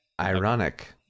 ironic